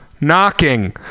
knocking